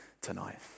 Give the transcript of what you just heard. tonight